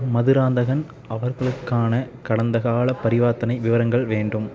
மதுராந்தகன் அவர்களுக்கான கடந்தக்கால பரிவர்த்தனை விவரங்கள் வேண்டும்